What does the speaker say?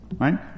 Right